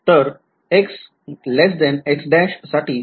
तर XX साठी ते कसे दिसेल दोन्ही सरळ रेषा आहेत